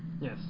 Yes